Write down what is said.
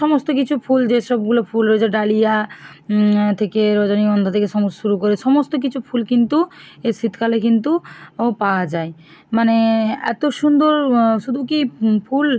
সমস্ত কিছু ফুল যে সবগুলো ফুল রয়েছে ডালিয়া থেকে রজনীগন্ধা থেকে সম শুরু করে সমস্ত কিছু ফুল কিন্তু এই শীতকালে কিন্তু ও পাওয়া যায় মানে এত সুন্দর শুধু কি ফুল